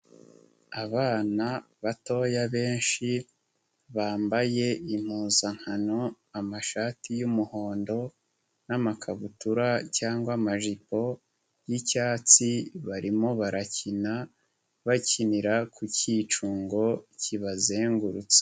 Abana batoya benshi bambaye impuzankano amashati y'umuhondo n'amakabutura cyangwa amajipo y'icyatsi barimo barakina, bakinira ku kicungo kibazengurutsa.